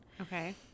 Okay